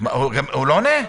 לא עונה?